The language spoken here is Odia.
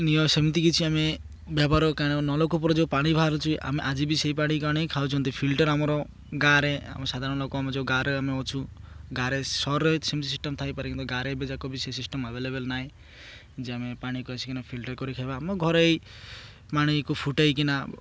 ନିଅ ସେମିତି କିଛି ଆମେ ବ୍ୟବହାର କାରଣ ନଳକୂପର ଯେଉଁ ପାଣି ବାହାରୁଛୁ ଆମେ ଆଜି ବି ସେଇ ପାଣିକୁ ଆଣିକି ଖାଉଛନ୍ତି ଫିଲ୍ଟର୍ ଆମର ଗାଁରେ ଆମ ସାଧାରଣ ଲୋକ ଆମେ ଯେଉଁ ଗାଁରେ ଆମେ ଅଛୁ ଗାଁରେ ସହରରେ ସେମିତି ସିଷ୍ଟମ୍ ଥାଇପାରେ କିନ୍ତୁ ଗାଁରେ ଏବେ ଯାକ ବି ସେ ସିଷ୍ଟମ୍ ଆଭେଲେବୁଲ୍ ନାହିଁ ଯେ ଆମେ ପାଣିି କସିକିନା ଫିଲ୍ଟର୍ କରି ଖାଇବା ଆମ ଘରୋଇ ପାଣିକୁ ଫୁଟେଇକିନା